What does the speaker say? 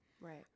Right